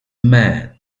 man